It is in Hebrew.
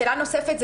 שאלה נוספת,